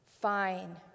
Fine